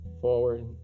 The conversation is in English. forward